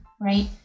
right